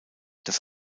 das